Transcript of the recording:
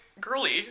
girly